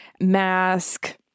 mask